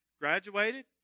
graduated